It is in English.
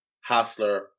Hassler